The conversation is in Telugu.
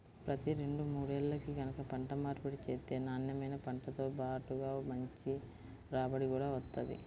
ప్రతి రెండు మూడేల్లకి గనక పంట మార్పిడి చేత్తే నాన్నెమైన పంటతో బాటుగా మంచి రాబడి గూడా వత్తది